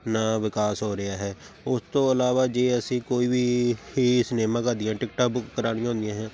ਨਾ ਵਿਕਾਸ ਹੋ ਰਿਹਾ ਹੈ ਉਸ ਤੋਂ ਇਲਾਵਾ ਜੇ ਅਸੀਂ ਕੋਈ ਵੀ ਫੀਸ ਸਿਨੇਮਾ ਘਰ ਦੀਆਂ ਟਿਕਟਾਂ ਬੁੱਕ ਕਰਾਉਣੀਆਂ ਹੁੰਦੀਆਂ ਹੈ